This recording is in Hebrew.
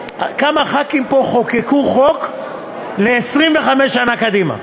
חברי כנסת פה חוקקו חוק ל-25 שנה קדימה,